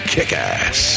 Kickass